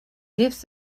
lives